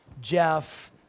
Jeff